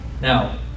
Now